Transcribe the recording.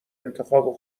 انتخاب